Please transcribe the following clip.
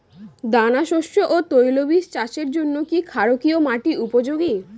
দানাশস্য ও তৈলবীজ চাষের জন্য কি ক্ষারকীয় মাটি উপযোগী?